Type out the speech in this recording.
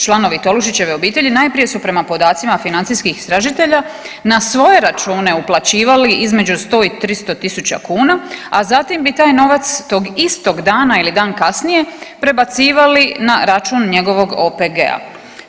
Članovi Tolušićeve obitelji najprije su prema podacima financijskih istražitelja na svoje račune uplaćivali između 100 i 300.000 kuna, a zatim bi taj novac tog istog dana ili dan kasnije prebacivali na račun njegovog OPG-a.